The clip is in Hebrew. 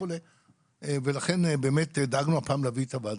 ולכן באמת דאגנו הפעם להביא את זה לוועדה.